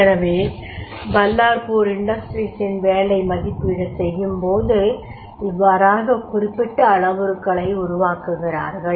எனவே பல்லார்பூர் இண்டஸ்ட்ரீஸின் வேலை மதிப்பீடு செய்யும்போது இவ்வாறாக குறிப்பிட்ட அளவுருக்களை உருவாக்குகிறார்கள்